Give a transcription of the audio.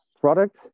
product